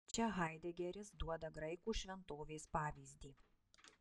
čia haidegeris duoda graikų šventovės pavyzdį